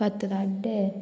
फातराडे